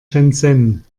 shenzhen